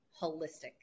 holistic